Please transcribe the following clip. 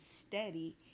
steady